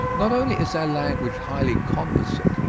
not only is our language highly composite,